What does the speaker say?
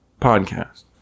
podcast